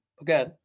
Okay